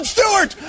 Stewart